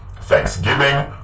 Thanksgiving